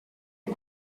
est